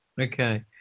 Okay